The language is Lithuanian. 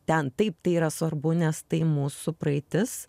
ten taip tai yra svarbu nes tai mūsų praeitis